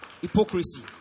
hypocrisy